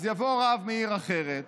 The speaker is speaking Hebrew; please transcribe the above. אז יבוא רב מעיר אחרת